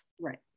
Right